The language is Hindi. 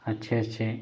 अच्छे अच्छे